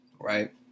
right